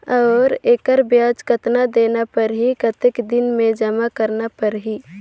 और एकर ब्याज कतना देना परही कतेक दिन मे जमा करना परही??